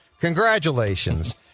Congratulations